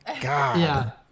God